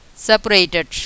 separated